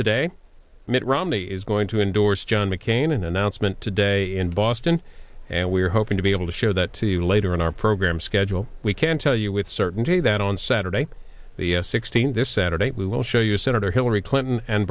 today mitt romney is going to endorse john mccain an announcement today in boston and we're hoping to be able to show that to you later in our program schedule we can tell you with certainty that on saturday the sixteenth this saturday we will show you senator hillary clinton and